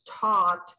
taught